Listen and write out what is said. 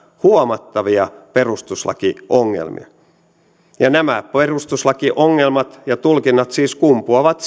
huomattavia perustuslakiongelmia nämä perustuslakiongelmat ja tulkinnat kumpuavat